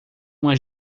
uma